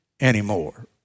anymore